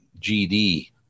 GD